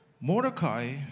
Mordecai